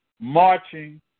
marching